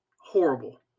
horrible